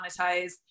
monetize